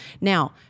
Now